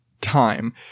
time